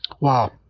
Wow